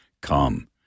Come